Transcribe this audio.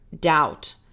doubt